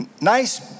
nice